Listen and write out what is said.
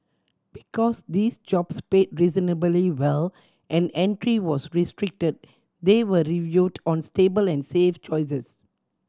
because these jobs paid reasonably well and entry was restricted they were viewed as stable and safe choices